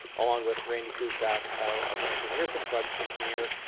along with randy kuszak of lamp rynearson, a project engineer,